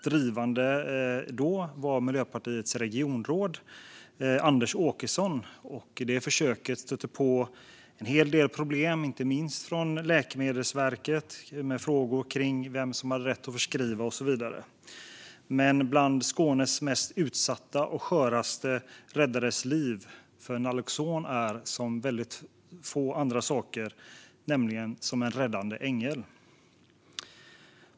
Drivande då var Miljöpartiets regionråd Anders Åkesson. Det försöket stötte på en hel del problem, inte minst från Läkemedelsverket, med frågor om vem som har rätt att förskriva och så vidare. Men bland Skånes mest utsatta och sköraste räddades liv därför att naloxon är, som få andra, en räddande ängel.